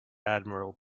admiral